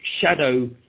shadow